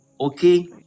okay